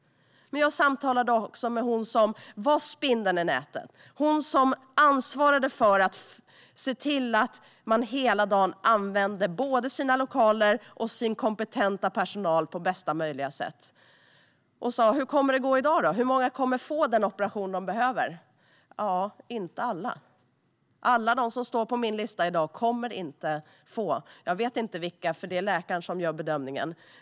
Men jag samtalade också med den person som var spindeln i nätet. Hon ansvarade för att se till att man hela dagen använde båda sina lokaler och sin kompetenta personal på bästa möjliga sätt. Jag frågade: Hur kommer det att gå i dag? Hur många kommer att få den operation de behöver? Hon svarade: Inte alla som står på min lista i dag kommer att få sin operation. Jag vet inte vilka, för det är läkaren som gör bedömningen.